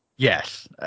Yes